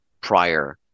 prior